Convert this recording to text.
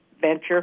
venture